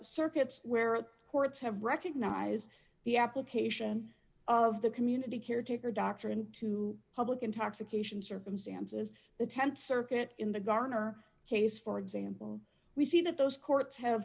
circuits where our courts have recognized the application of the community caretaker doctrine to public intoxication circumstances the th circuit in the garner case for example we see that those courts have